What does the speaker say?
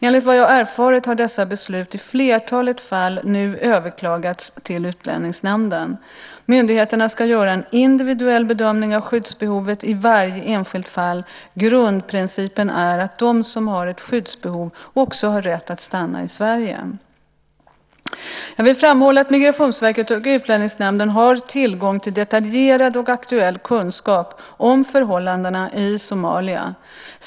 Enligt vad jag erfarit har dessa beslut i flertalet fall nu överklagats till Utlänningsnämnden. Myndigheterna ska göra en individuell bedömning av skyddsbehovet i varje enskilt fall. Grundprincipen är att de som har ett skyddsbehov också har rätt att stanna i Sverige. Jag vill framhålla att Migrationsverket och Utlänningsnämnden har tillgång till detaljerad och aktuell kunskap om förhållandena i Somalia.